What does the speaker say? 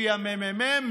לפי הממ"מ,